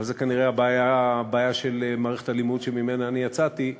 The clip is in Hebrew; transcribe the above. אבל זו כנראה הבעיה של מערכת הלימוד שממנה אני יצאתי,